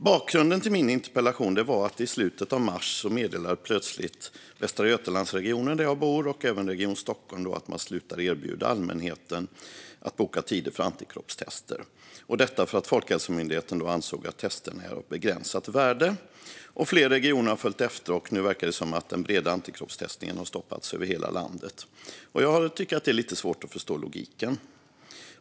Bakgrunden till min interpellation är att i slutet av mars meddelade plötsligt Västra Götalandsregionen, där jag bor, och även Region Stockholm att man slutar erbjuda allmänheten att boka tider för antikroppstest. Detta för att Folkhälsomyndigheten ansåg att testerna är av begränsat värde. Fler regioner har följt efter, och nu verkar det som att den breda antikroppstestningen har stoppats över hela landet. Jag tycker att det är lite svårt att förstå logiken.